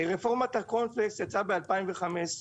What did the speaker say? רפורמת הקורנפלקס יצאה ב-2015,